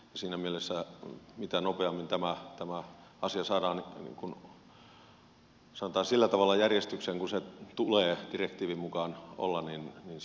siinä mielessä mitä nopeammin tämä asia saadaan niin kuin sanotaan sillä tavalla järjestykseen kuin sen tulee direktiivin mukaan olla niin sitä parempi